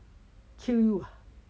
kill you ah